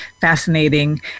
fascinating